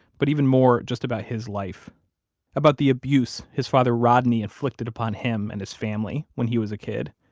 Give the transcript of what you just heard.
but even more just about his life about the abuse his father rodney inflicted upon him and his family when he was a kid.